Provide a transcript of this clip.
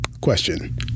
Question